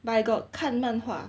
but I got 看漫画